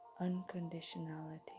unconditionality